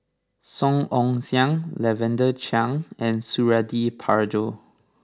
Song Ong Siang Lavender Chang and Suradi Parjo